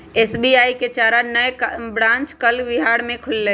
SBI के चार नए ब्रांच कल बिहार में खुलय